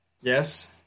Yes